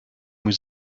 was